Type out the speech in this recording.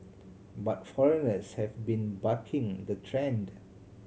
but foreigners have been bucking the trend